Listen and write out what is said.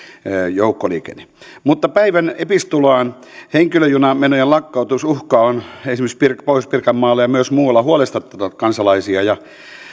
joukkoliikenne mutta päivän epistolaan henkilöjunamenojen lakkautusuhka on esimerkiksi pohjois pirkanmaalla ja myös muualla huolestuttanut kansalaisia ja